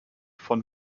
von